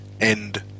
end